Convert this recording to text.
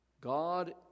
God